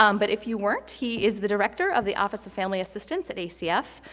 um but if you weren't, he is the director of the office of family assistance at acf.